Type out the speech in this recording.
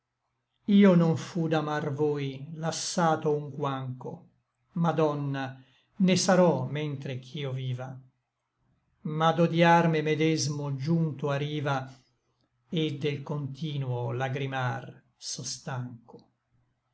io non fu d'amar voi lassato unquancho madonna né sarò mentre ch'io viva ma d'odiar me medesmo giunto a riva et del continuo lagrimar so stancho